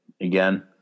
again